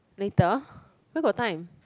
later where got time